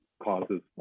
causes